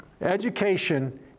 Education